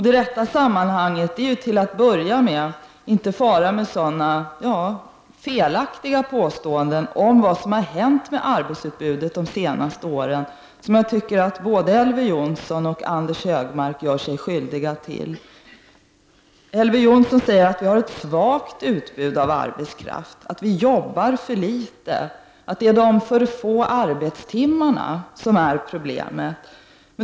Det rätta sammanhanget är till att börja med att inte fara med sådana felaktiga påståenden om vad som har hänt med arbetskraftsutbudet de senaste åren som jag tycker att både Elver Jonsson och Anders G Högmark gör sig skyldiga till. Elver Jonsson säger att utbudet av arbetskraft är för svagt, att vi jobbar för litet, att det är de för få arbetstimmarna som är problemet.